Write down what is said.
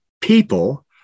people